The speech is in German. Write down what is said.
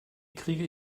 kriege